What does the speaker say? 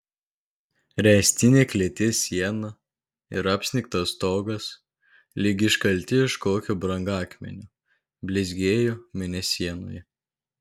ręstinė klėties siena ir apsnigtas stogas lyg iškalti iš kokio brangakmenio blizgėjo mėnesienoje